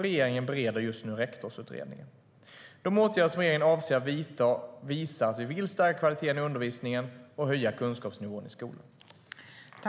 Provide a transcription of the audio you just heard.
Regeringen bereder just nu rektorsutredningen.